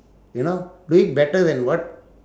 you know do it better than what